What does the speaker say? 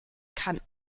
kann